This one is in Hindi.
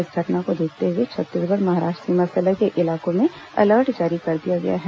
इस घटना को देखते हुए छत्तीसगढ़ महाराष्ट्र सीमा से लगे इलाकों में अलर्ट जारी कर दिया गया है